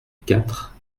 quatre